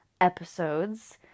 episodes